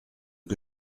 que